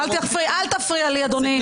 אל תפריע לי, אדוני.